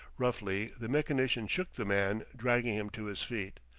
roughly the mechanician shook the man, dragging him to his feet.